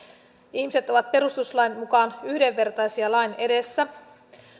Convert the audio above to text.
ihmiset ovat perustuslain mukaan yhdenvertaisia lain edessä